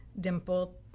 dimple